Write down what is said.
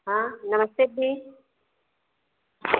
हाँ नमस्ते दी